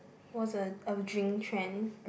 was a drink trend